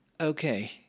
Okay